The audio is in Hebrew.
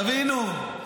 תבינו.